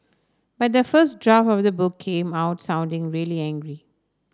but the first draft of the book came out sounding really angry